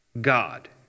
God